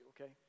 okay